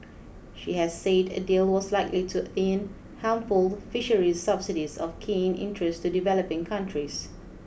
she has said a deal was likely to end harmful fisheries subsidies of keen interest to developing countries